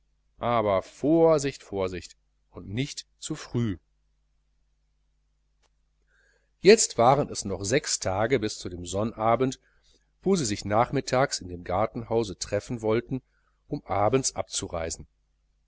aber vorsicht vorsicht und nicht zu früh jetzt waren es noch sechs tage bis zu dem sonnabend wo sie sich nachmittags im gartenhause treffen wollten um abends abzureisen